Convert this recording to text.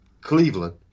Cleveland